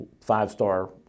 five-star